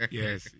yes